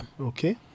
Okay